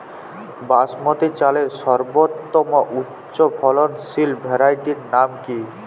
বাসমতী চালের সর্বোত্তম উচ্চ ফলনশীল ভ্যারাইটির নাম কি?